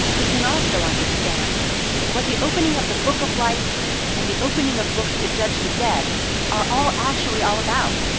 we can also understand what the opening of the book of life and the opening of books to judge the dead are all actually all about.